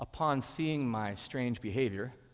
upon seeing my strange behavior,